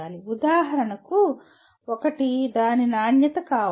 ఉదాహరణకు ఒకటి దాని నాణ్యత కావచ్చు